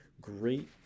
Great